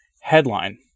Headline